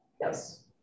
Yes